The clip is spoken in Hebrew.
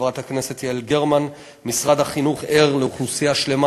חברת הכנסת יעל גרמן: משרד החינוך ער לאוכלוסייה שלמה